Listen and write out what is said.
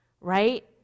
right